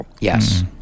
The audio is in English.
Yes